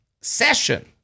Session